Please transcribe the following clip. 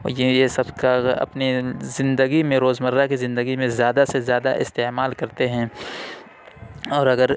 اور یہ یہ سب کا اپنے زندگی میں روز مرہ کی زندگی میں زیادہ سے زیادہ استعمال کرتے ہیں اور اگر